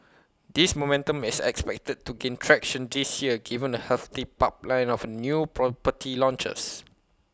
this momentum is expected to gain traction this year given A healthy pipeline of new property launches